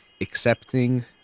accepting